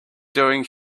doing